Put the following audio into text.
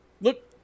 look